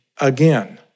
again